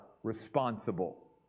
responsible